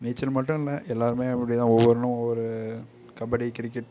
நீச்சல் மட்டும் இல்லை எல்லாருமே அப்படிதான் ஒவ்வொன்றும் ஒவ்வொரு கபடி கிரிக்கெட்